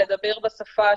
לדבר בשפה